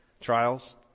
trials